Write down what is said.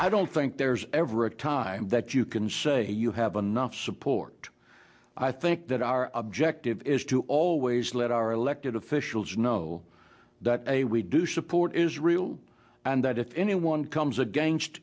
i don't think there's ever a time that you can say you have enough support i think that our objective is to always let our elected officials know that a we do support israel and that if anyone comes against